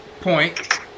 point